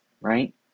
right